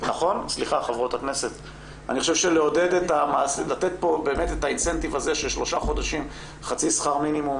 אני חושב שלתת כאן את התמריץ הזה של שלושה חודשים חצי שכר מינימום,